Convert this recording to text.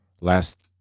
last